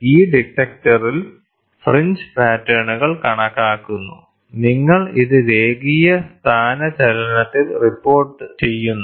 ഈ ഡിറ്റക്ടറിൽ ഫ്രിഞ്ച് പാറ്റേണുകൾ കണക്കാക്കുന്നു നിങ്ങൾ ഇത് രേഖീയ സ്ഥാനചലനത്തിൽ റിപ്പോർട്ടുചെയ്യുന്നു